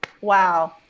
Wow